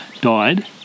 died